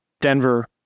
Denver